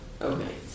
Okay